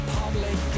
public